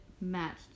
matched